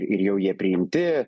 ir jau jie priimti